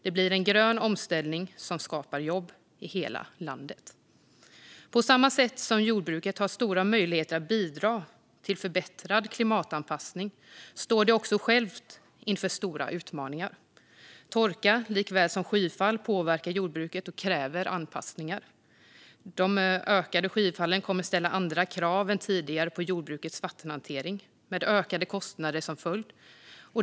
Det blir en grön omställning som skapar jobb i hela landet. På samma sätt som jordbruket har stora möjligheter att bidra till förbättrad klimatanpassning står det också självt inför stora utmaningar. Torka likaväl som skyfall påverkar jordbruket och kräver anpassningar. De ökade skyfallen kommer att ställa andra krav än tidigare på jordbrukets vattenhantering, med ökade kostnader som följd.